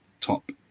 top